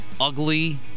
Ugly